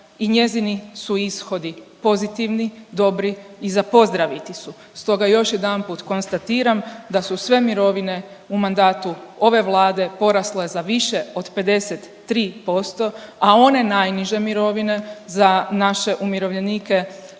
i njezini su ishodi pozitivni, dobri i za pozdraviti su. Stoga još jedanput konstatiram da su sve mirovine u mandatu ove Vlade porasle za više od 53%, a one najniže mirovine za naše umirovljenike